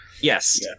Yes